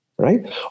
Right